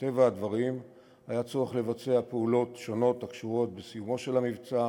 מטבע הדברים היה צורך לבצע פעולות שונות הקשורות בסיומו של המבצע: